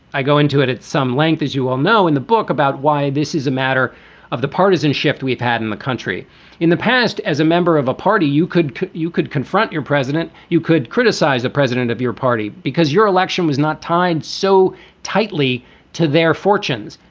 i go into it at some length, as you well know in the book, about why this is a matter of partisan shift we've had in the country in the past. as a member of a party, you could could you could confront your president, you could criticize the president of your party because your election was not tied so tightly to their fortunes.